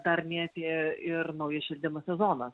dar neatėjo ir naujas šildymo sezonas